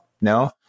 no